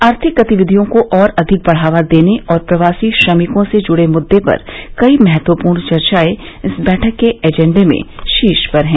आर्थिक गतिविधियों को और अधिक बढ़ावा देने और प्रवासी श्रमिकों से जुड़े मुद्दों पर कई महत्वपूर्ण चर्चाएं इस बैठक के एजेंडे में शीर्ष पर हैं